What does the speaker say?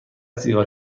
سیگار